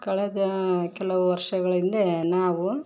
ಕಳೆದ ಕೆಲವು ವರ್ಷಗಳ ಹಿಂದೆ ನಾವು